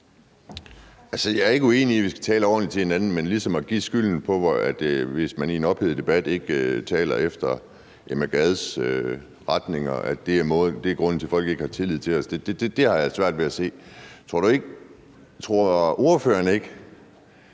jeg er ikke uenig i, at vi skal tale ordentligt til hinanden, men at det, at man i en offentlig debat ikke taler efter Emma Gads retningslinjer, ligesom skulle være grunden til, at folk ikke har tillid til os, har jeg svært ved at se. Tror du – nej,